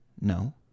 no